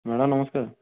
madam ନମସ୍କାର